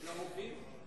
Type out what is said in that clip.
לרופאים?